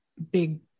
big